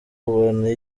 ubona